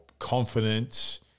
confidence